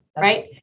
right